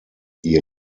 ihr